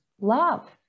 love